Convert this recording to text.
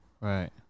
Right